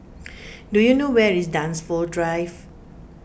do you know where is Dunsfold Drive